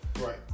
Right